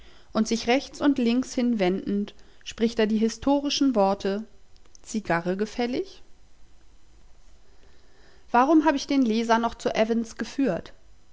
und sich rechts und links hin wendend spricht er die historischen worte zigarre gefällig warum hab ich den leser noch zu evans geführt